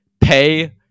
Pay